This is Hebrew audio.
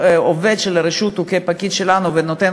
עובד של הרשות הוא כפקיד שלנו והוא נותן